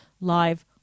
live